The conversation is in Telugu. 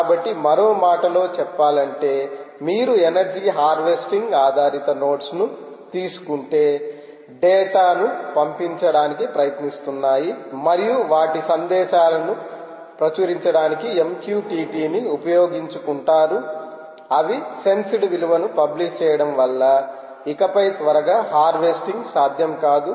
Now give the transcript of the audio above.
కాబట్టి మరో మాటలో చెప్పాలంటే మీరు ఎనర్జీ హార్వెస్టింగ్ ఆధారిత నోడ్స్ను తీసుకుంటే డేటాను పంపించడానికి ప్రయత్నిస్తున్నాయి మరియు వాటి సందేశాలను ప్రచురించడానికి mqtt ని ఉపయోగించుకుంటారు అవి సెన్సెడ్ విలువను పబ్లిష్ చేయడం వల్ల ఇకపై త్వరగా హార్వెస్టింగ్ సాధ్యం కాదు